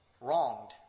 wronged